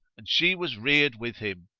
and she was reared with him.